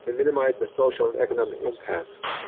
and minimize the social and economic impacts.